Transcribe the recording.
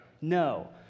No